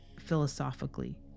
philosophically